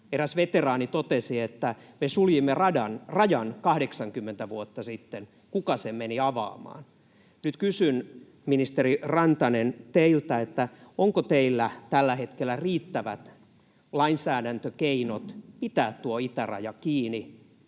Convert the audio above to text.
Eräs veteraani totesi, että ”me suljimme rajan 80 vuotta sitten, kuka sen meni avaamaan”. Nyt kysyn, ministeri Rantanen, teiltä: onko teillä tällä hetkellä riittävät lainsäädäntökeinot pitää tuo itäraja kiinni